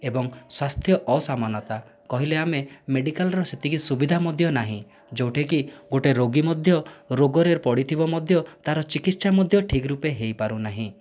ଏବଂ ସ୍ୱାସ୍ଥ୍ୟ ଅସମାନତା କହିଲେ ଆମେ ମେଡ଼ିକାଲର ସେତିକି ସୁବିଧା ମଧ୍ୟ ନାହିଁ ଯେଉଁଠିକି ଗୋଟିଏ ରୋଗୀ ମଧ୍ୟ ରୋଗରେ ପଡ଼ିଥିବ ମଧ୍ୟ ତାର ଚିକିତ୍ସା ମଧ୍ୟ ଠିକ୍ ରୂପେ ହୋଇପାରୁନାହିଁ